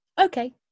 Okay